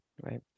right